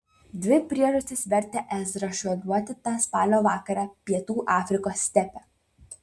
dvi priežastys vertė ezrą šuoliuoti tą spalio vakarą pietų afrikos stepe